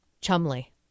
Chumley